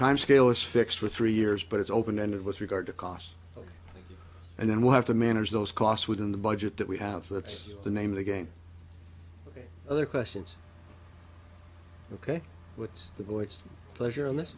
time scale it's fixed for three years but it's open ended with regard to costs and then we have to manage those costs within the budget that we have that's the name of the game other questions ok what's the voice pleasure in this